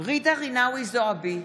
ג'ידא רינאוי זועבי,